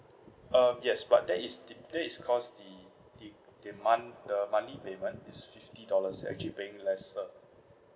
uh yes but that is the based cause the the the month the monthly payment is fifty dollars actually paying lesser